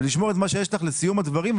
ולשמור את מה שיש לך לסיום הדברים,